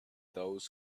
those